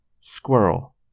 Squirrel